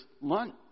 Lunch